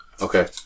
Okay